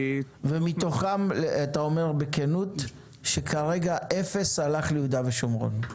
ומתוכם אתה אומר בכנות שכרגע אפס ליהודה ושומרון?